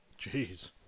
Jeez